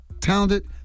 Talented